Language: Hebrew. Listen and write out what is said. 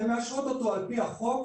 והן מאשרות אותו על פי החוק,